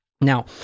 Now